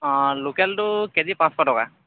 অঁ লোকেলটো K G পাঁচশ টকা